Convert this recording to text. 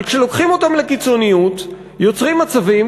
אבל כשלוקחים אותם לקיצוניות יוצרים מצבים